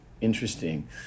interesting